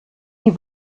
die